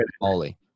holy